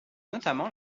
notamment